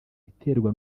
iterwa